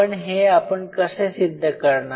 पण हे आपण कसे सिद्ध करणार